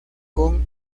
con